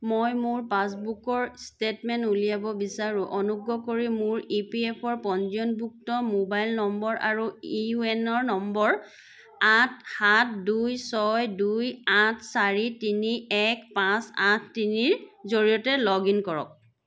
মই মোৰ পাছবুকৰ ষ্টেটমেণ্ট উলিয়াব বিচাৰোঁ অনুগ্ৰহ কৰি মোৰ ইপিএফঅ'ৰ পঞ্জীয়নভুক্ত মোবাইল নম্বৰ আৰু ইউএনৰ নম্বৰ আঠ সাত দুই ছয় দুই আঠ চাৰি তিনি এক পাঁচ আঠ তিনিৰ জৰিয়তে লগ ইন কৰক